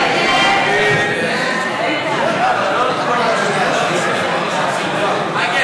ההצעה להעביר לוועדה